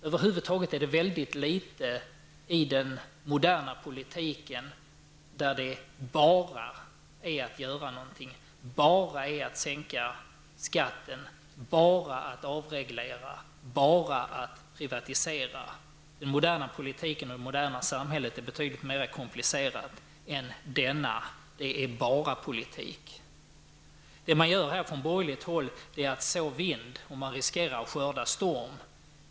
Över huvud taget är det väldigt sällan i den moderna politiken som det bara är att göra någonting, bara att sänka skatten, bara att avreglera eller bara att privatisera. Den moderna politiken och det moderna samhället är betydligt mer komplicerat än denna bara-politik. Från borgerligt håll sår man vind och riskerar att skörda storm.